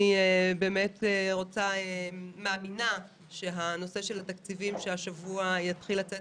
אני מאמינה שהנושא של התקציבים שיתחיל לצאת